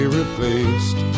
replaced